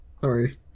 Sorry